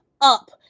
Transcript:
up